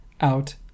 out